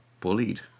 Bullied